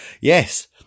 Yes